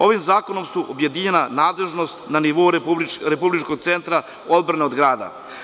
Ovim zakonom je objedinjena nadležnost na nivou Republičkog centra odbrane od grada.